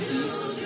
Peace